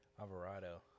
Alvarado